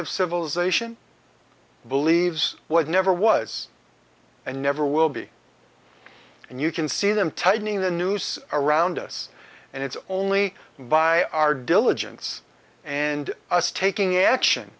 of civilization believes what never was and never will be and you can see them tightening the noose around us and it's only by our diligence and us taking action